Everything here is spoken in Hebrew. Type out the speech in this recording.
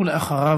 ואחריו,